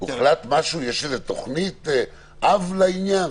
יש איזו תכנית אב לעניין?